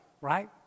right